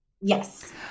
Yes